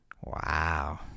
Wow